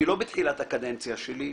אני לא בתחילת הקדנציה שלי.